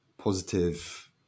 positive